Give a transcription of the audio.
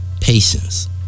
Patience